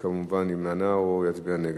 כמובן יימנע או יצביע נגד.